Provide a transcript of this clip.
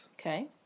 Okay